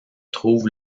trouve